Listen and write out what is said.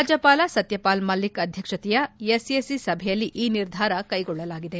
ರಾಜ್ಯಪಾಲ ಸತ್ಯಪಾಲ್ ಮಲ್ಲಿಕ್ ಅಧ್ಯಕ್ಷತೆಯ ಎಸ್ಎಸಿ ಸಭೆಯಲ್ಲಿ ಈ ನಿರ್ಧಾರ ಕೈಗೊಳ್ಳಲಾಗಿದೆ